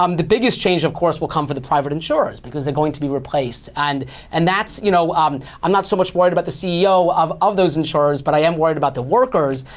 um the biggest change, of course, will come for the private insurers. because they're going to be replaced. and and you know um i'm not so much worried about the ceo of of those insurers, but i am worried about the workers.